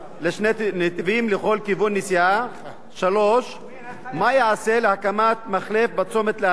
3. מה ייעשה להקמת מחלף בצומת להבים ובכניסה ליישוב כסייפה?